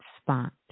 spot